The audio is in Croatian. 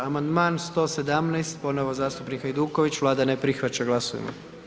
Amandman 117, ponovno zastupnik Hajduković, Vlada ne prihvaća, glasujmo.